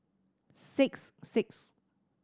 six six